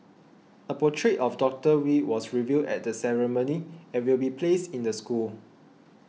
a portrait of Doctor Wee was revealed at the ceremony and will be placed in the school